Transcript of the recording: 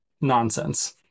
nonsense